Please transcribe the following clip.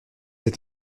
êtes